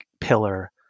pillar